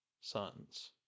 sons